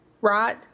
Right